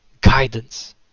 guidance